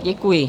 Děkuji.